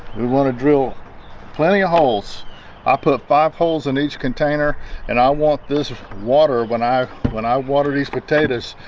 we want to drill plenty of holes i put five holes in each container and i want this water when i when i water these potatoes.